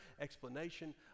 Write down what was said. explanation